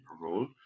role